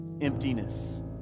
emptiness